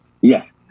Yes